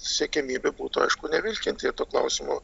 siekiamybė būtų aišku nevilkinti ir to klausimo